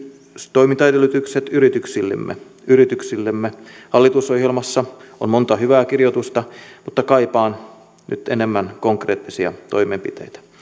toimintaedellytykset yrityksillemme yrityksillemme hallitusohjelmassa on monta hyvää kirjausta mutta kaipaan nyt enemmän konkreettisia toimenpiteitä